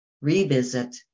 revisit